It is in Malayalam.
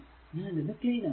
ഞാൻ ഇത് ക്ലീൻ ആക്കുന്നു